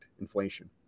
inflation